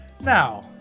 Now